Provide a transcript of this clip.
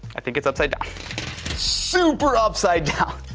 i think it's upside, super upside down.